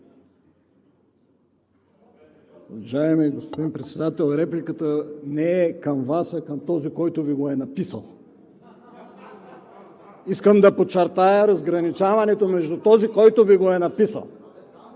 Уважаеми господин Председател, репликата не е към Вас, а към този, който Ви го е написал. (Смях в ОП.) Искам да подчертая разграничаването между този, който Ви го е написал.